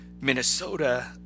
Minnesota